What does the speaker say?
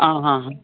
आं हां